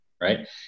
right